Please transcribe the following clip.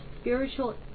spiritual